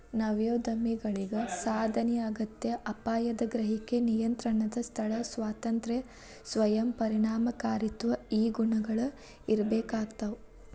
ನವೋದ್ಯಮಿಗಳಿಗ ಸಾಧನೆಯ ಅಗತ್ಯ ಅಪಾಯದ ಗ್ರಹಿಕೆ ನಿಯಂತ್ರಣದ ಸ್ಥಳ ಸ್ವಾತಂತ್ರ್ಯ ಸ್ವಯಂ ಪರಿಣಾಮಕಾರಿತ್ವ ಈ ಗುಣಗಳ ಇರ್ಬೇಕಾಗ್ತವಾ